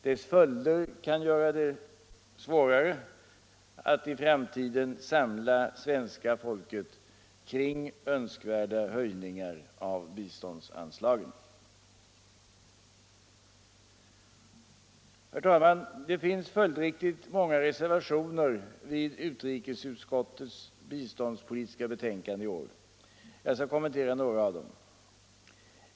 Dess följder kan göra att det blir svårare att i framtiden samla svenska folket kring önskvärda höjningar av biståndsanslagen. Det finns följdriktigt många reservationer vid utrikesutskottets biståndspolitiska betänkande i år. Jag skall kommentera några av dem.